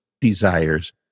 desires